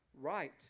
right